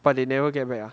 but they never get back ah